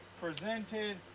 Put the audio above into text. presented